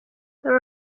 there